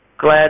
glad